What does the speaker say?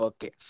Okay